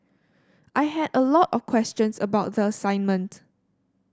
I had a lot of questions about the assignment